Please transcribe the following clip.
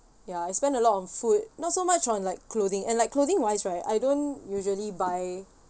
ya I spend a lot on food not so much on like clothing and like clothing wise right I don't usually buy